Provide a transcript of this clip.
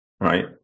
Right